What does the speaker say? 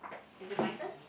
is it my turn